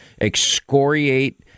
excoriate